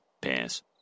Pass